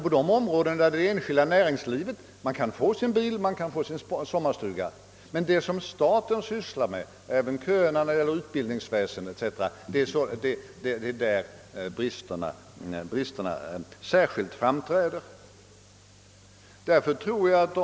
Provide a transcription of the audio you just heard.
På de områden där vi har ett enskilt näringsliv kan man alltså finna sin bil, sin sommarstuga etc. På de områden där staten har ansvaret — även inom utbildningsväsendet förekommer det köer — framträder däremot bristerna starkt.